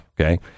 Okay